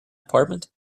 apartment